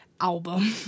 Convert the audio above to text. album